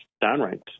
downright